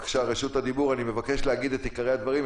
אני מבקש להגיד את עיקרי הדברים.